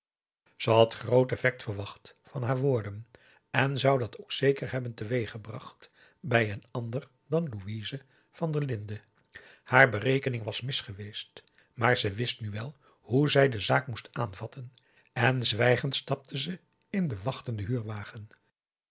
ze had groot effect verwacht van haar woorden en zou dat ook zeker hebben teweeggebracht bij een ander dan louise van der linden haar berekening was mis geweest maar ze wist nu wel hoe zij de zaak moest aanvatten en zwijgend stapte ze in den wachtenden